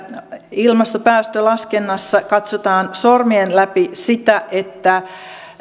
ilmastopäästölaskennassa katsotaan sormien läpi sitä että